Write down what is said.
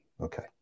okay